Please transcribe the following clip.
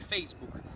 Facebook